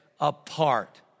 apart